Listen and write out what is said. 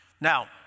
Now